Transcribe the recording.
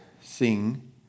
sing